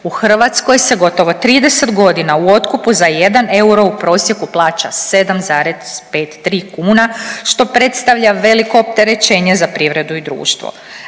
U Hrvatskoj se gotovo 30 godina u otkupu za 1 euro u prosjeku plaća 7,53 kuna, što predstavlja veliko opterećenje za privredu i društvo.